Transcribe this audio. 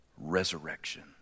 resurrection